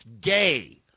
gay